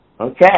Okay